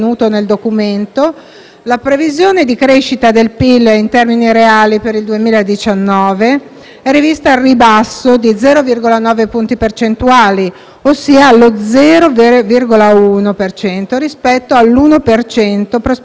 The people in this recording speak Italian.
la previsione di crescita del PIL in termini reali per il 2019 è rivista al ribasso di 0,9 punti percentuali, ossia allo 0,1 per cento, rispetto all'uno per cento prospettato nello scenario